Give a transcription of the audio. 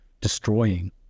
destroying